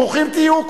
ברוכים תהיו.